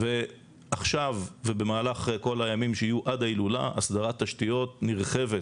ועכשיו ובמהלך כל הימים שיהיו עד ההילולה הסדרת תשתיות נרחבת